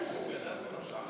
הוא גדל בראש-העין?